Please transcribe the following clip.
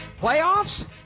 playoffs